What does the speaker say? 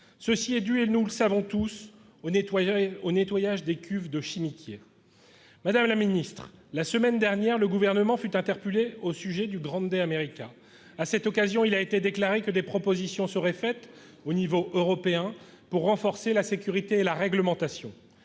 Cela est dû- nous le savons tous -au nettoyage de cuves de chimiquiers. Madame la secrétaire d'État, la semaine dernière, le Gouvernement fut interpellé au sujet du. À cette occasion, il fut déclaré que des propositions seraient faites à l'échelon européen pour renforcer la sécurité et la réglementation.